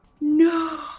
No